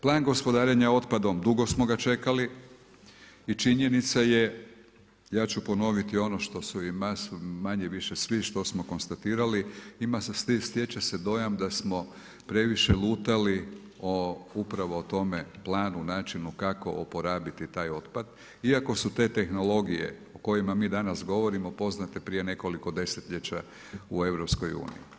Plan gospodarenja otpadom, dugo smo ga čekali i činjenica je, ja ću ponoviti i ono što su i masu, manje-više svi što smo konstatirali, stječe se dojam da smo previše lutali o upravo o tome planu, načinu kako oporabiti taj otpad iako su te tehnologije o kojima mi danas govorimo poznate prije nekoliko desetljeća u EU.